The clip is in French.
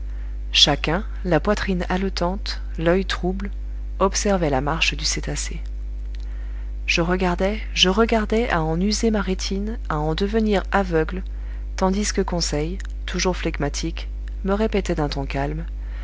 chacun la poitrine haletante l'oeil trouble observait la marche du cétacé je regardais je regardais à en user ma rétine à en devenir aveugle tandis que conseil toujours phlegmatique me répétait d'un ton calme